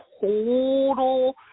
total